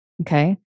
okay